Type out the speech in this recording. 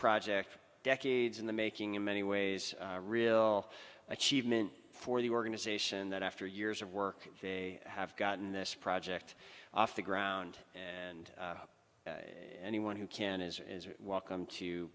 project decades in the making in many ways real achievement for the organization that after years of work they have gotten this project off the ground and up and the one who can is welcome to